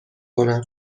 کنم